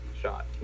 shot